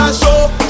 show